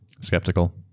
Skeptical